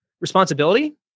responsibility